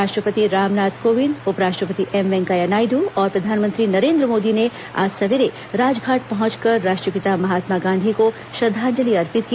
राष्ट्रपति रामनाथ कोविंद उपराष्ट्रपति एम वेंकैया नायडू और प्रधानमंत्री नरेन्द्र मोदी ने आज सवेरे राजघाट पहुंचकर राष्ट्रपिता महात्मा गांधी को श्रद्दाजंलि अर्पित की